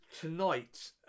tonight